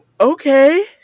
okay